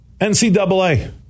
NCAA